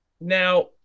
Now